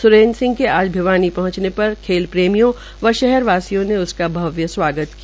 स्रेनद्र के आज भिवानी पहंचने पर खेल प्रेमियों व शहरवासियों ने उसका भव्य सवागत किया